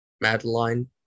Madeline